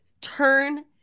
turn